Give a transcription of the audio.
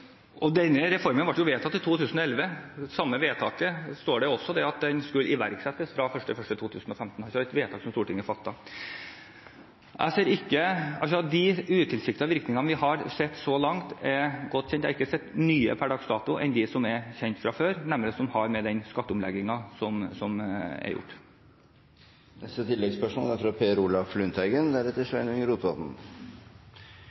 I det samme vedtaket står det også at det skulle iverksettes fra 1. januar 2015 – et vedtak som Stortinget fattet. De utilsiktede virkningene vi har sett så langt, er godt kjent, og jeg har ikke sett nye per dags dato, andre enn dem som er kjent fra før, nemlig de som har med den skatteomleggingen som er gjort, å gjøre. Per Olaf Lundteigen